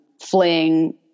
fling